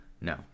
No